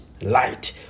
light